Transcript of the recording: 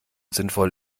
sinnvoll